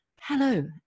hello